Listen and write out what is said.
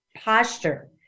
Posture